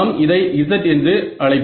நாம் இதை z என்று அழைப்பு